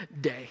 day